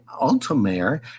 Altomare